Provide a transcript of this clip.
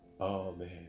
amen